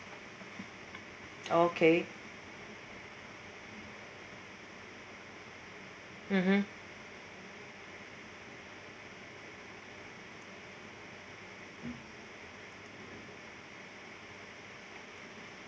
okay mmhmm